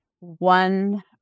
one